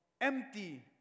empty